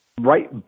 right